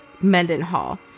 Mendenhall